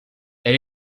est